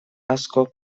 askok